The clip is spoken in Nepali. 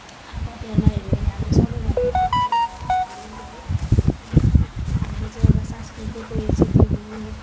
अन्त तिहारमा हेऱ्यौँ भने हाम्रो सबैभन्दा है हामीलाई एकदमै हाम्रो चाहिँ एउटा संस्कृतिको यो चाहिँ त्यो हो